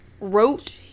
wrote